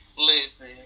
Listen